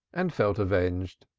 and felt avenged.